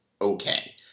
okay